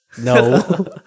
no